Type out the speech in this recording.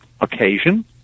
occasion